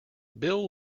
bill